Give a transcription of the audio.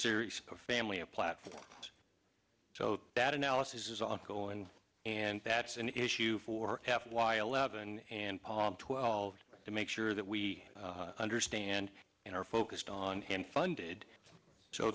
series of family a platform so that analysis is on colin and that's an issue for f y eleven and paul twelve to make sure that we understand and are focused on hand funded so